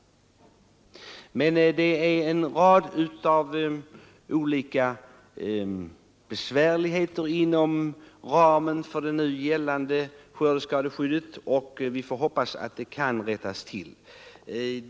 Det finns en rad besvärligheter inom ramen för det nu gällande skördeskadeskyddet, och vi får hoppas att de kan rättas till.